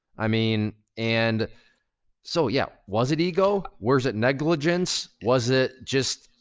i mean and so yeah, was it ego? was it negligence? was it just?